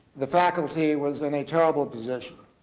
the faculty was in a terrible position.